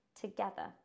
together